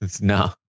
no